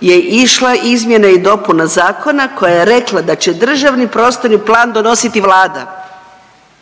je išla izmjena i dopuna zakona koja je rekla da će državni prostorni plan donositi Vlada.